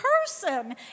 person